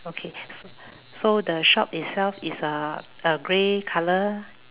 okay s~ so the shop itself is uh a grey color